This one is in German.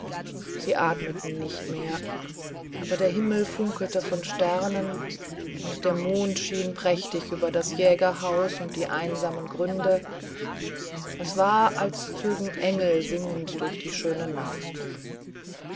sie atmeten nicht mehr aber der himmel funkelte von sternen und der mond schien prächtig über das jägerhaus und die einsamen gründe es war als zögen engel singend durch die schöne nacht